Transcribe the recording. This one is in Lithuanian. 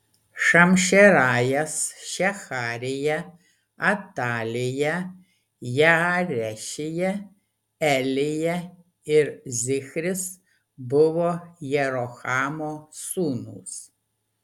šamšerajas šeharija atalija jaarešija elija ir zichris buvo jerohamo sūnūs